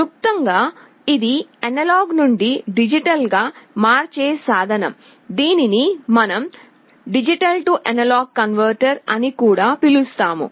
క్లుప్తంగా ఇది అనలాగ్ నుండి డిజిటల్ గ మార్చే సాధనం దీనినే మనం డిజిటల్ కన్వర్టర్ అని కూడా పిలుస్తాము